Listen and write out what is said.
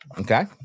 Okay